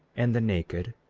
and the naked,